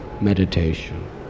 meditation